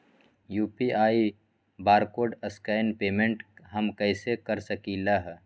UPI barcode scan payment हम कईसे कर सकली ह?